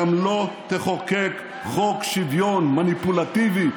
גם לא תחוקק חוק שוויון מניפולטיבי,